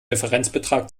differenzbetrag